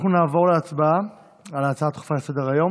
אנחנו נעבור להצבעה על ההצעה הדחופה לסדר-היום,